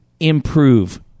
improve